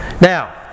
Now